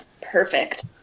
perfect